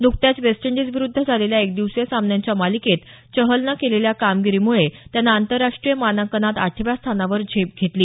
नुकत्याच west Indies विरुद्ध झालेल्या एकदिवसीय सामन्यांच्या मालिकेत चहलनं केलेल्या कामगिरीमुळे त्यानं आंतरराष्ट्रीय मानांकनात आठव्या स्थानावर झेड घेतली